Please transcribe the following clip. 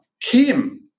Kim